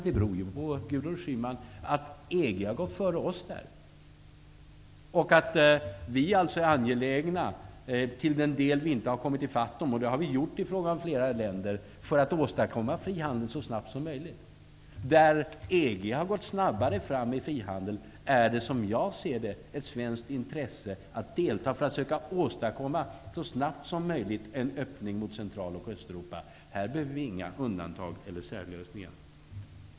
Det beror på att EG har gått före oss och att vi alltså är angelägna, till den del vi inte har kommit ifatt dem -- det har vi gjort i fråga om flera länder -- om att åstadkomma frihandel så snabbt som möjligt. Där EG har gått snabbare fram i frihandel, är det ett svenskt intresse att delta, för att så snabbt som möjligt söka åstadkomma en öppning mot Centraloch Östeuropa. Här behöver vi inga undantag eller särlösningar.